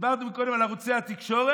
דיברנו קודם על ערוצי התקשורת,